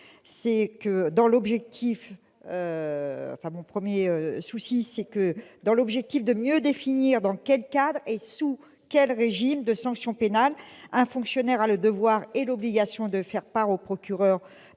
premièrement, de mieux définir dans quel cadre et sous quel régime de sanction pénale un fonctionnaire a le devoir et l'obligation de faire part au procureur